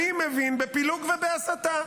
אני מבין בפילוג ובהסתה.